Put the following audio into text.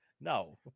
no